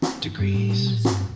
degrees